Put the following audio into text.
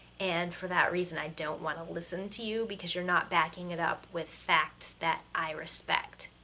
and for that reason i don't wanna listen to you because you're not backing it up with facts that i respect.